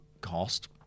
cost